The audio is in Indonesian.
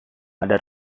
ada